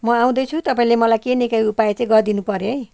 म आउँदैछु तपाईँले मलाई केही न केही उपाय चाहिँ गरिदिनु पऱ्यो है